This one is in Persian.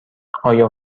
آیا